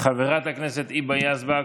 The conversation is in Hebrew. חברת הכנסת היבה יזבק,